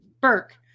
Burke